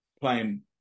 playing